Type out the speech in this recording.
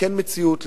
לתקן מציאות,